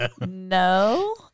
no